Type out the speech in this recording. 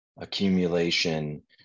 accumulation